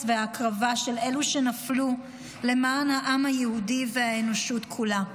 וההקרבה של אלה שנפלו למען העם היהודי והאנושות כולה.